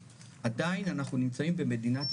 ב-2020 הם קיבלו 4.3 מיליון שקלים ועכשיו שים לב מה קורה,